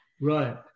Right